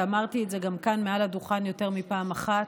ואמרתי את זה גם כאן מעל הדוכן יותר מפעם אחת: